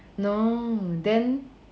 no then